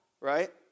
right